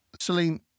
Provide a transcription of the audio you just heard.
celine